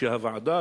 שהוועדה,